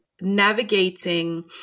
navigating